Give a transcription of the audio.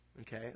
Okay